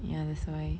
ya that's why